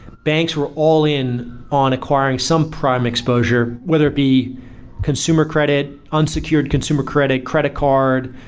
banks were all in on acquiring some prime exposure, whether it be consumer credit, unsecured consumer credit, credit card,